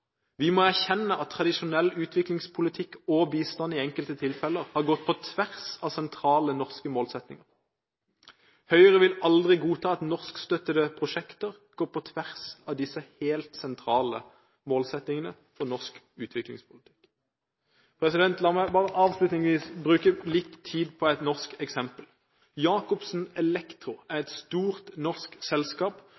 Vi må erkjenne at tradisjonell utviklingspolitikk og bistand i enkelte tilfeller har gått på tvers av sentrale norske målsettinger. Høyre vil aldri godta at norskstøttede prosjekter går på tvers av disse helt sentrale målsettingene for norsk utviklingspolitikk. La meg avslutningsvis bare bruke litt tid på et norsk eksempel. Jacobsen Elektro er